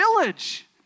village